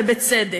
ובצדק.